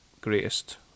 greatest